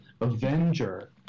avenger